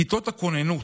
כיתות הכוננות,